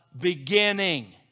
beginning